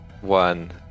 one